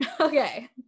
Okay